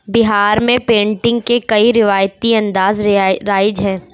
بہار میں پینٹنگ کے کئی روایتی انداز ریائی رائج ہیں